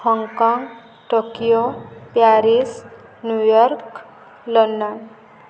Hong Kong Tokyo Paris New York London